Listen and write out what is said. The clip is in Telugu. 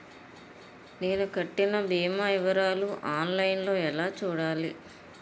నేను కట్టిన భీమా వివరాలు ఆన్ లైన్ లో ఎలా చూడాలి?